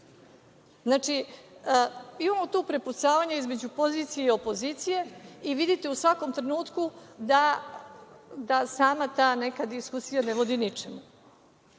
Znači, imamo tu prepucavanje između pozicije i opozicije i vidite u svakom trenutku da sama ta neka diskusija ne vodi ničemu. Znači,